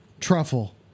truffle